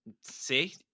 see